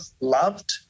loved